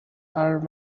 are